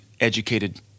educated